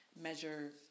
measure